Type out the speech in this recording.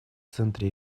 центре